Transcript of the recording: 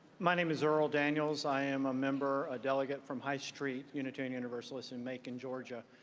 my name is earl daniels. i am a member, a delegate from high street unitarian universalist in macon, georgia.